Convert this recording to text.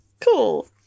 Cool